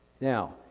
Now